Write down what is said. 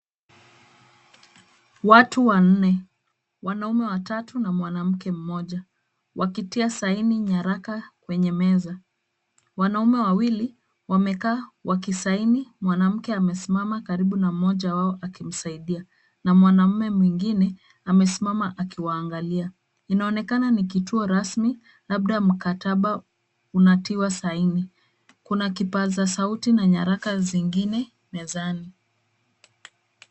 Watu wanne, wanaume na mwanamke mmoja, wakitia saini nyaraka kwenye meza. Wanaume wawili wamekaa wakisaini, mwanamke amesimama karibu na mmoja wao akimsaidia. Na mwanamme mwingine amesimama aki waangalia. Inaonekana ni kituo rasmi labda mkataba unatiwa saini. Kuna kipasa sauti na nyaraka zingine mezani.